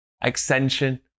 extension